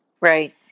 Right